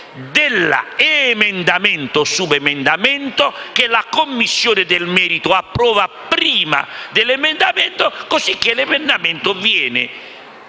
dell'emendamento o del subemendamento che la Commissione di merito approva prima dell'emendamento, così che l'emendamento viene